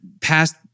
past